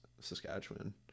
Saskatchewan